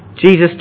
Jesus